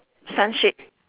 sun shade